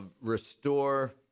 restore